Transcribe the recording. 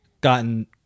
gotten